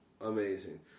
Amazing